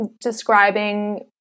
describing